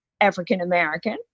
African-American